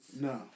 No